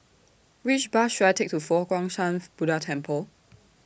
Which Bus should I Take to Fo Guang Shan Buddha Temple